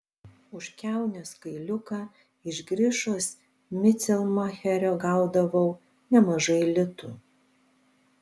už kiaunės kailiuką iš grišos micelmacherio gaudavau nemažai litų